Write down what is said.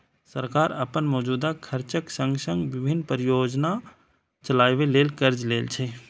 सरकार अपन मौजूदा खर्चक संग संग विभिन्न परियोजना चलाबै ले कर्ज लै छै